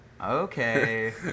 Okay